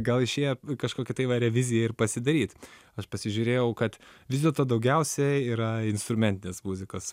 gal išėjo kažkokią tai va reviziją ir pasidaryt aš pasižiūrėjau kad vis dėlto daugiausia yra instrumentinės muzikos